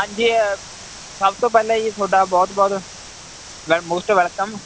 ਹਾਂਜੀ ਸਭ ਤੋਂ ਪਹਿਲਾਂ ਜੀ ਤੁਹਾਡਾ ਬਹੁਤ ਬਹੁਤ ਮੋਸਟ ਵੈਲਕਮ